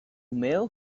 male